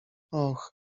och